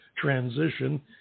transition